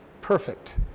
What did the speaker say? Perfect